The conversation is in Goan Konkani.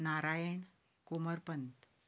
नारायण कोमरपंत